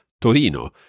Torino